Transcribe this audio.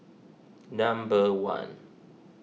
number one